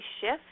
shift